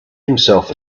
himself